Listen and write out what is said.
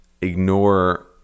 ignore